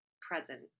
present